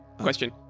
question